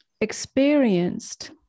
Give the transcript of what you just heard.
experienced